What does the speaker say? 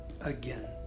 Again